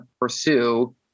pursue